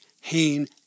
Hain